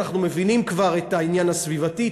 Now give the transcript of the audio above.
אנחנו מבינים כבר את העניין הסביבתי,